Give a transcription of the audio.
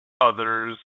Others